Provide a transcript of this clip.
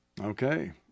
Okay